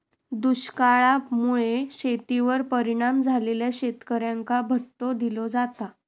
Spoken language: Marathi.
दुष्काळा मुळे शेतीवर परिणाम झालेल्या शेतकऱ्यांका भत्तो दिलो जाता